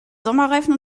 sommerreifen